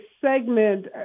segment